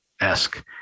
esque